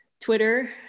Twitter